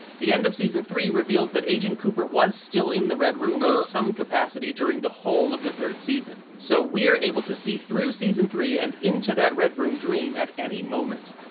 the end of season three reveals that agent cooper was still in the red room in some capacity during the whole of the third season, so we're able to see through season three and into that red room dream at any moment.